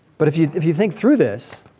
but if you if you think through this,